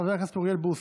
חבר הכנסת אוריאל בוסו,